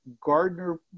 Gardner